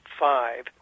five